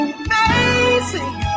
amazing